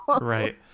right